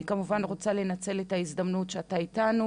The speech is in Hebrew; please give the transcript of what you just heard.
אני כמובן רוצה לנצל את ההזדמנות שאתה איתנו